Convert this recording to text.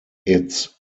its